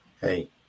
hey